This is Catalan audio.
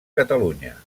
catalunya